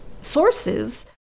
sources